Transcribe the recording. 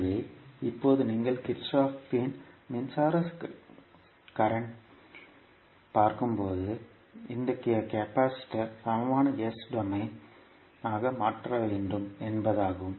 எனவே இப்போது நீங்கள் கிர்ச்சோப்பின் மின்சார சட்டத்தைப் Kirchhoff's current law பார்க்கும்போது இந்த கெபாசிட்டர் சமமான S டொமைன் ஆக மாற்ற வேண்டும் என்பதாகும்